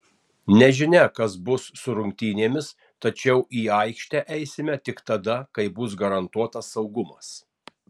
nežinia kas bus su rungtynėmis tačiau į aikštę eisime tik tada kai bus garantuotas saugumas